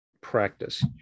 practice